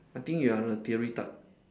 I think you are a theory type